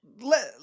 Let